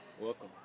welcome